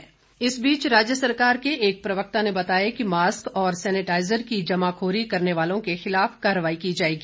mask जमाखोरी इस बीच राज्य सरकार के एक प्रवक्ता ने बताया कि मास्क और सैनेटाइजर की जमाखोरी करने वालों के खिलाफ कार्रवाई की जाएगी